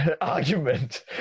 argument